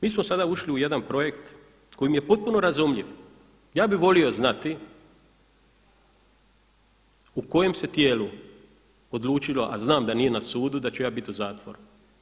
Mi smo sada ušli u jedan projekt koji mi je potpuno razumljiv, ja bih volio znati u kojem se tijelu odlučilo a znam da nije na sudu da ću ja biti u zatvoru.